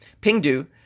pingdu